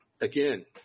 again